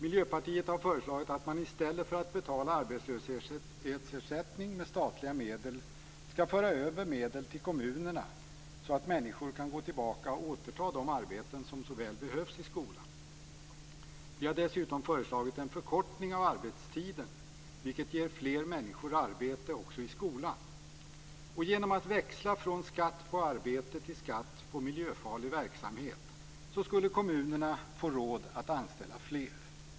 Miljöpartiet har föreslagit att man i stället för att betala arbetslöshetsersättning med statliga medel skall föra över medel till kommunerna så att människor kan gå tillbaka och återta de arbeten som så väl behövs i skolan. Vi har dessutom föreslagit en förkortning av arbetstiden, vilket ger fler människor arbete också i skolan. Genom att växla från skatt på arbete till skatt på miljöfarlig verksamhet skulle kommunerna också få råd att anställa fler.